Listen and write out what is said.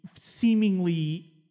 seemingly